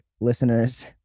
listeners